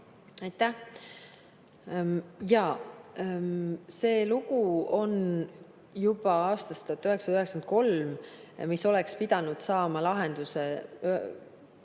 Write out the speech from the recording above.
Aitäh! Jaa, see lugu on juba aastast 1993 ja oleks pidanud saama lahenduse